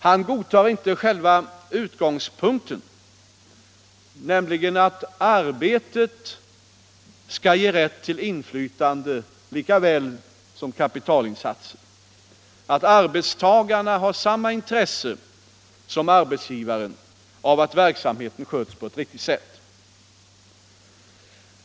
Han godtar inte själva utgångspunkten, nämligen att arbetet skall ge rätt till inflytande lika väl som kapitalinsatsen samt att arbetstagarna har samma intresse som arbetsgivaren av att verksamheten sköts på ett riktigt sätt.